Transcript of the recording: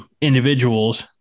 Individuals